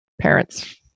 parents